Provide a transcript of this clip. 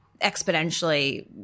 exponentially